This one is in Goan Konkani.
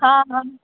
हां हां